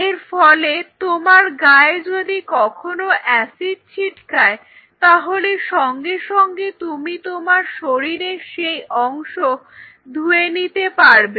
এর ফলে তোমার গায়ে যদি কখনো অ্যাসিড ছিটকায় তাহলে সঙ্গে সঙ্গে তুমি তোমার শরীরের সেই অংশ ধুয়ে নিতে পারবে